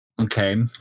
Okay